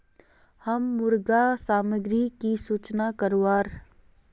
हम मुर्गा सामग्री की सूचना करवार?